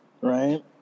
Right